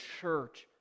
church